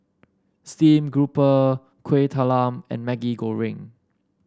Steamed Grouper Kueh Talam and Maggi Goreng